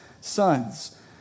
sons